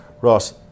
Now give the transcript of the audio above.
Ross